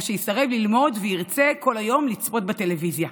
או שיסרב ללמוד וירצה כל היום לצפות בטלוויזיה.